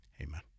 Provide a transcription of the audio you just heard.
amen